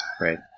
right